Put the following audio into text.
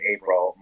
April